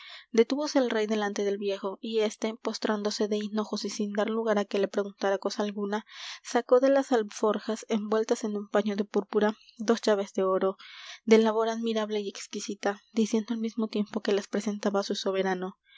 cebollas detúvose el rey delante del viejo y éste postrándose de hinojos y sin dar lugar á que le preguntara cosa alguna sacó de las alforjas envueltas en un paño de púrpura dos llaves de oro de labor admirable y exquisita diciendo al mismo tiempo que las presentaba á su soberano